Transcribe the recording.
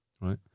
right